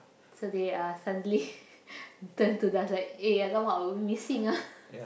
so they are suddenly turn to dance like eh !alamak! we missing ah